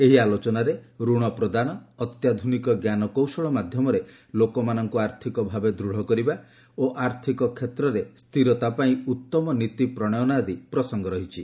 ଏହି ଆଲୋଚନାରେ ରଣ ପ୍ରଦାନ ଅତ୍ୟାଧୁନିକ ଞ୍ଜାନକୌଶଳ ମାଧ୍ୟମରେ ଲୋକମାନଙ୍କୁ ଆର୍ଥକ ଭାବେ ଦୃଢ଼ କରିବା ଓ ଆର୍ଥକ କ୍ଷେତ୍ରର ସ୍ଥିରତା ପାଇଁ ଉତ୍ତମ ନୀତି ପ୍ରଶୟନ ଆଦି ପ୍ରସଙ୍ଗ ରହିଛି